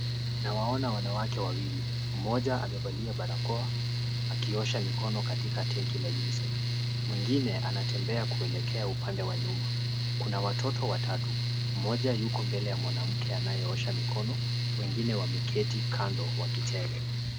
Nawaona wanawake wawili. Mmoja amevalia barakoa akiosha mikono katika tenki la UNICEF. Mwingine anatembea kuelekea upande wa nyuma. Kuna watoto watatu. Mmoja yuko mbele ya mwanamke anayeosha mikono, wengine wameketi kando wakicheza.